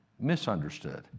misunderstood